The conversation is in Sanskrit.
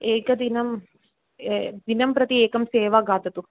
एकदिनं दिनं प्रति एकं सेवा खादतु